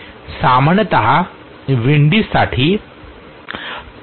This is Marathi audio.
सामान्यत विंडिजसाठी